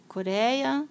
Coreia